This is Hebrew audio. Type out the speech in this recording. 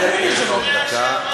יש לך עוד דקה.